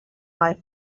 life